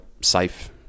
safe